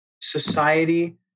society